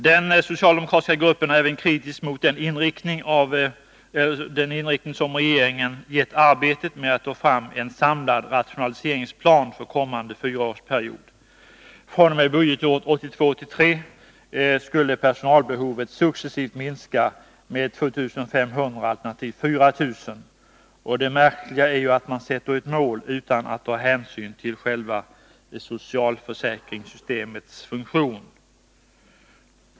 Den socialdemokratiska gruppen är även kritisk mot den inriktning som regeringen gett arbetet med att ta fram en samlad rationaliseringsplan för kommande fyraårsperiod. fr.o.m. budgetåret 1982/83 skulle personalbehovet successivt minska med 2 500 alternativt 4 000. Det märkliga är ju att man sätter ett mål utan att ta hänsyn till själva socialförsäkringssystemets funktion.